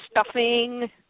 stuffing